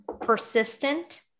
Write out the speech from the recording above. persistent